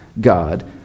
God